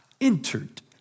entered